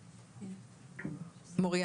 מוריה?